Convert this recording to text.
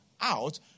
out